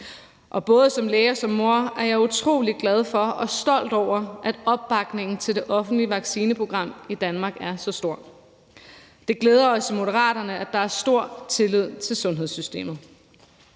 og både som læge og som mor er jeg utrolig glad for og stolt over, at opbakningen til det offentlige vaccineprogram i Danmark er så stor. Det glæder os i Moderaterne, at der er stor tillid til sundhedssystemet.